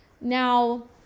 Now